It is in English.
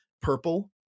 purple